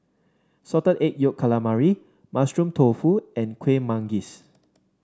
Salted Egg Yolk Calamari Mushroom Tofu and Kueh Manggis